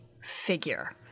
figure